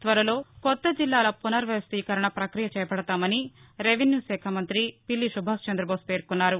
త్వరలో కొత్త జిల్లాల పునర్ వ్యవస్టీకరణ పక్రియ చేపడతామని రెవెన్యూ శాఖ మంతి పిల్లి సుభాష్చంద్ట్రోస్ పేర్కొన్నారు